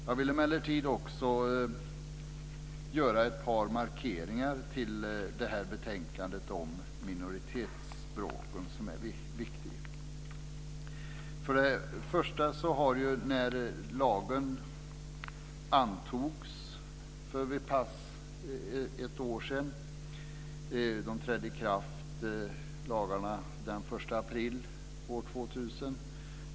Jag vill emellertid göra ett par markeringar till betänkandet om minoritetsspråken. Lagarna trädde i kraft den 1 april 2000.